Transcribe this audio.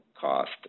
cost